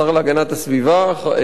השר ארדן.